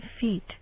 feet